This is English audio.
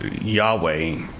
Yahweh